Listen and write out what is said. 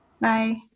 Bye